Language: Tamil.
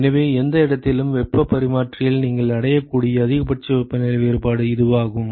எனவே எந்த இடத்திலும் வெப்பப் பரிமாற்றியில் நீங்கள் அடையக்கூடிய அதிகபட்ச வெப்பநிலை வேறுபாடு இதுவாகும்